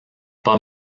pas